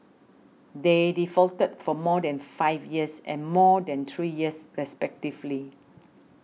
they defaulted for more than five years and more than three years respectively